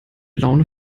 laune